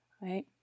right